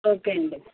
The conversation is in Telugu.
ఓకే అండి